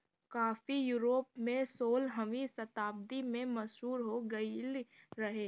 काफी यूरोप में सोलहवीं शताब्दी में मशहूर हो गईल रहे